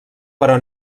però